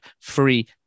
free